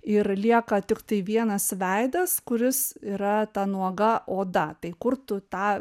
ir lieka tiktai vienas veidas kuris yra ta nuoga oda tai kur tu tą